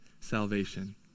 salvation